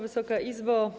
Wysoka Izbo!